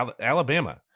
Alabama